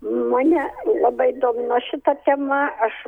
mane labai domino šita tema aš